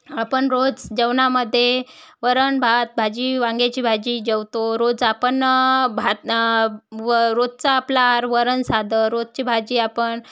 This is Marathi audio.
आपण रोज जेवणामध्ये वरण भात भाजी वांग्याची भाजी जेवतो रोज आपण भात व रोजचा आपला आहार वरण साधं रोजची भाजी आपण